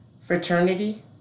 fraternity